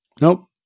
Nope